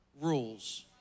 rules